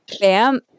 bam